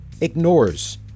ignores